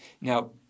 Now